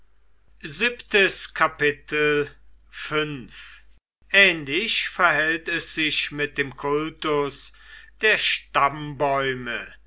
ähnlich verhält es sich mit dem kultus der stammbäume